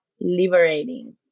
liberating